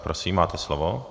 Prosím, máte slovo.